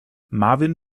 marvin